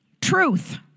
truth